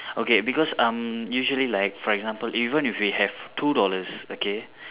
okay because um usually like for example even if you have two dollars okay